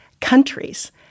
countries